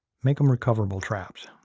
make them recoverable traps.